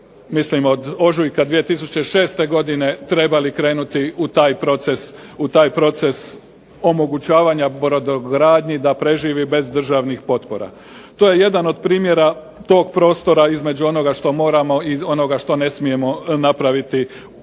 mislimo od ožujka 2006. godine trebali krenuti u taj proces omogućavanja brodogradnji da preživi bez državnih potpora. To je jedan od primjera tog prostora između onoga što moramo i onoga što ne smijemo napraviti zbog